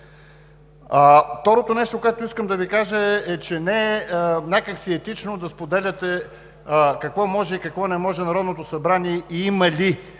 Второто нещо, което искам да Ви кажа е, че не е етично някак си да споделяте какво може и какво не може Народното събрание и има ли